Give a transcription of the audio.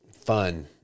fun